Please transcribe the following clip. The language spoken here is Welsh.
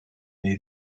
neu